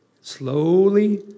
slowly